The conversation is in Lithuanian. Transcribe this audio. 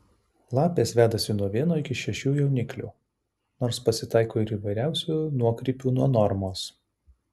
lapės vedasi nuo vieno iki šešių jauniklių nors pasitaiko ir įvairiausių nuokrypių nuo normos